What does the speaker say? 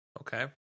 Okay